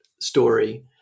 story